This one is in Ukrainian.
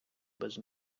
без